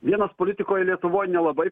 vienas politikoj lietuvoj nelabai